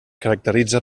caracteritza